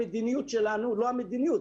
המדיניות שלנו לא המדיניות,